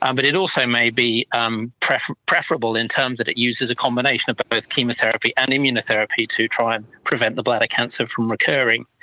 um but it also may be um preferable preferable in terms that it uses a combination of but both chemotherapy and immunotherapy to try and prevent the bladder cancer from recurring.